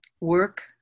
work